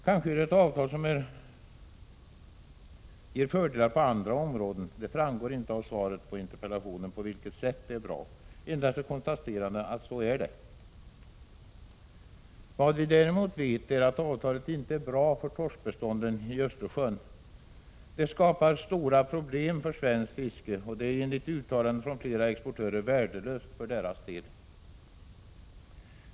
Kanske är det ett avtal som ger fördelar på andra områden. Det framgår inte av svaret på interpellationen på vilket sätt uppgörelsen är bra, utan man konstaterar endast att det är så. Däremot vet vi att avtalet inte är bra för torskbestånden i Östersjön. Det skapar stora problem för svenskt fiske och är enligt uttalanden från flera exportörer värdelöst för deras del.